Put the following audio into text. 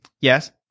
Yes